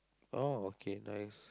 orh okay nice